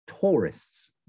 tourists